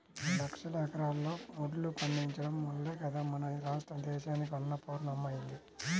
లక్షల ఎకరాల్లో వడ్లు పండించడం వల్లే గదా మన రాష్ట్రం దేశానికే అన్నపూర్ణమ్మ అయ్యింది